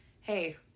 hey